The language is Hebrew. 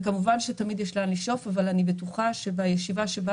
כמובן שתמיד יש לאן לשאוף אבל אני בטוחה שבישיבה שבה